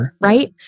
right